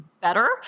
Better